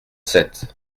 sept